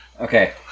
Okay